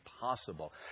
possible